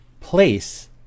place